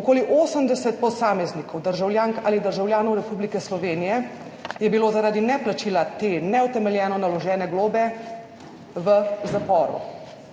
Okoli 80 posameznikov, državljank ali državljanov Republike Slovenije je bilo zaradi neplačila te neutemeljeno naložene globe v zaporu,